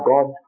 God